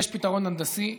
יש פתרון הנדסי.